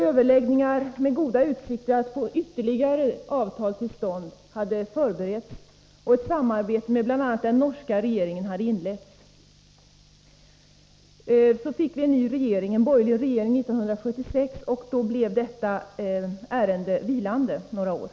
Överläggningar med goda utsikter att få till stånd ytterligare avtal hade förberetts och ett samarbete med bl.a. den norska regeringen hade inletts. Så fick vi en borgerlig regering 1976, och då blev detta ärende vilande några år.